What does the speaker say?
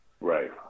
Right